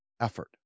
effort